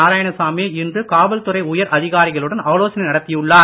நாராயணசாமி இன்று காவல்துறை உயர் அதிகாரிகளுடன் ஆலோசனை நடத்தியுள்ளார்